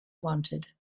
wanted